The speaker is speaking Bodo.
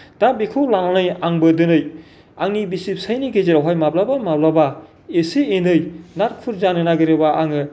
दा बेखौ लानानै आंबो दोनै आंनि बिसि फिसायनि गेजेरावहाय माब्लाबा माब्लाबा इसे एनै नारखुरजानो नागिरोबा आङो